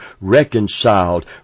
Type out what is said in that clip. reconciled